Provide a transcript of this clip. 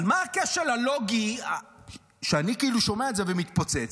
אבל מה הכשל הלוגי שאני שומע את זה ומתפוצץ?